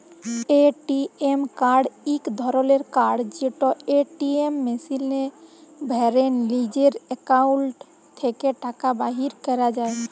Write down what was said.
ATM card ইক ধরলের card যেট এটিএম মেশিলে ভ্যরে লিজের একাউল্ট থ্যাকে টাকা বাইর ক্যরা যায়